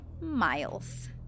Miles